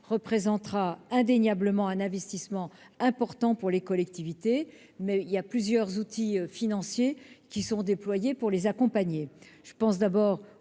représentera indéniablement un investissement important pour les collectivités, mais plusieurs outils financiers sont déployés pour accompagner ces dernières.